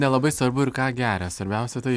nelabai svarbu ir ką geria svarbiausia tai